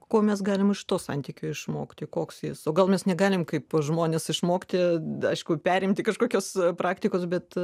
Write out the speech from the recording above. ko mes galime iš to santykio išmokti koks jis o gal mes negalim kaip pas žmones išmokti aišku perimti kažkokios praktikos bet